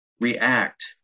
react